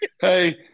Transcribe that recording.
Hey